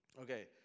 Okay